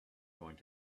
going